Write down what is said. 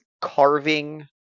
carving